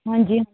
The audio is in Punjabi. ਹਾਂਜੀ